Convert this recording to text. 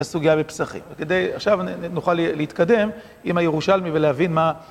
הסוגיה בפסחים. עכשיו נוכל להתקדם עם הירושלמי ולהבין מה..